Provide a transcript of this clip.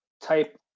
type